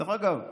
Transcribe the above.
דרך אגב,